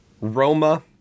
Roma